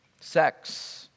sex